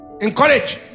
Encourage